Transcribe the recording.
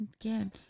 again